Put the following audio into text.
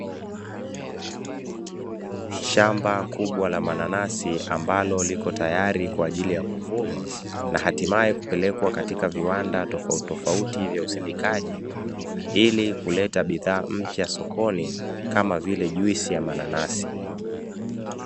Shamba kubwa la mananasi ambalo liko tayari kwa ajili ya kuvunwa, na hatimaye kupelekwa katika viwanda tofautitofauti vya usindikaji, ili kuleta bidhaa mpya sokoni kama vile juisi ya mananasi,